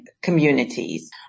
communities